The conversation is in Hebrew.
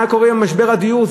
מה קורה עם משבר הדיור?